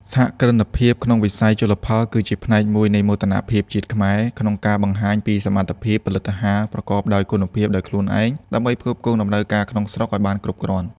សហគ្រិនភាពក្នុងវិស័យជលផលគឺជាផ្នែកមួយនៃមោទនភាពជាតិខ្មែរ ក្នុងការបង្ហាញពីសមត្ថភាពផលិតអាហារប្រកបដោយគុណភាពដោយខ្លួនឯង ដើម្បីផ្គត់ផ្គង់តម្រូវការក្នុងស្រុកឱ្យបានគ្រប់គ្រាន់។